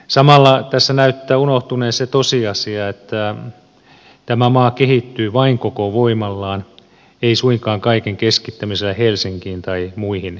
samalla tässä näyttää unohtuneen se tosiasia että tämä maa kehittyy vain koko voimallaan ei suinkaan kaiken keskittämisellä helsinkiin tai muihin kasvukeskuksiin